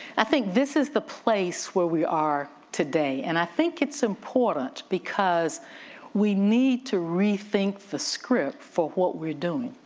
i think this is the place where we are today and i think it's important because we need to rethink the script for what we're doing.